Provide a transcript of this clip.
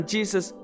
Jesus